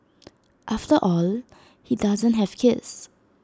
after all he doesn't have kids